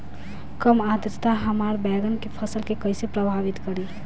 कम आद्रता हमार बैगन के फसल के कइसे प्रभावित करी?